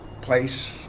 place